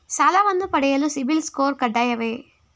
ಸಾಲವನ್ನು ಪಡೆಯಲು ಸಿಬಿಲ್ ಸ್ಕೋರ್ ಕಡ್ಡಾಯವೇ?